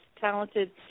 talented